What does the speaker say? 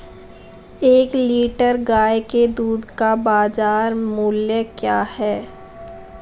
एक लीटर गाय के दूध का बाज़ार मूल्य क्या है?